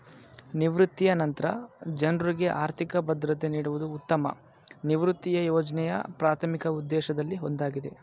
ನಿವೃತ್ತಿಯ ನಂತ್ರ ಜನ್ರುಗೆ ಆರ್ಥಿಕ ಭದ್ರತೆ ನೀಡುವುದು ಉತ್ತಮ ನಿವೃತ್ತಿಯ ಯೋಜ್ನೆಯ ಪ್ರಾಥಮಿಕ ಉದ್ದೇಶದಲ್ಲಿ ಒಂದಾಗಿದೆ